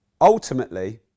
ultimately